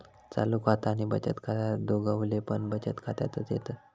चालू खाता आणि बचत खाता दोघवले पण बचत खात्यातच येतत